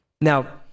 Now